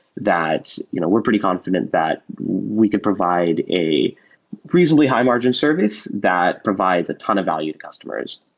that you know we're pretty confident that we can provide a reasonably high-margin service that provides a ton of valued customers.